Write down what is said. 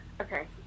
okay